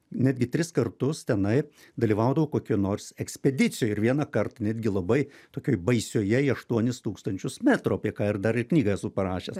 netgi tris kartus tenai dalyvaudavau kokioj nors ekspedicijoj ir vieną kartą netgi labai tokioj baisioje į aštuonis tūkstančius metrų apie ką ir dar ir knygą esu parašęs